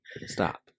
stop